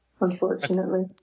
Unfortunately